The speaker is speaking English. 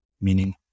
meaning